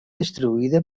distribuïda